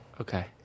Okay